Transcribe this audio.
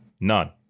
None